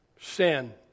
sin